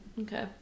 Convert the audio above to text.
okay